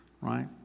right